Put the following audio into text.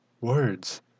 words